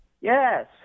Yes